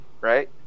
right